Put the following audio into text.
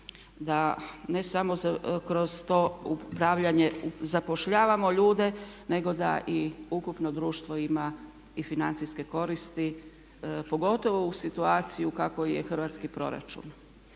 da ne samo kroz to upravljanje zapošljavamo ljude, nego da i ukupno društvo ima i financijske koristi pogotovo u situaciji u kakvoj je hrvatski proračun.